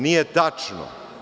Nije tačno.